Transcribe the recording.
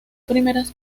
primeras